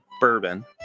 bourbon